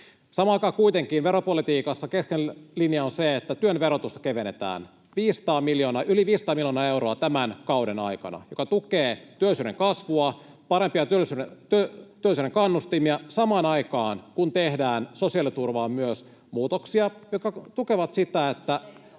Samaan aikaan kuitenkin veropolitiikassa keskeinen linja on se, että työn verotusta kevennetään — yli 500 miljoonaa euroa tämän kauden aikana — mikä tukee työllisyyden kasvua, parempia työllisyyden kannustimia, samaan aikaan kun tehdään sosiaaliturvaan myös muutoksia, [Suna Kymäläinen: